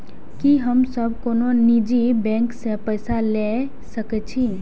की हम सब कोनो निजी बैंक से पैसा ले सके छी?